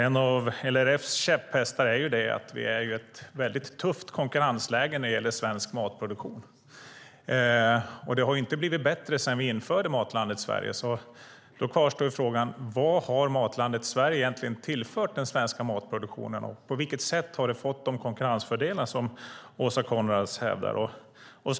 En av LRF:s käpphästar är att det är ett väldigt tufft konkurrensläge för svensk matproduktion. Inte har det blivit bättre sedan Matlandet Sverige infördes! Därför kvarstår frågan: Vad har Matlandet Sverige egentligen tillfört den svenska matproduktionen - på vilket sätt har det gett de konkurrensfördelar som Åsa Coenraads talar om?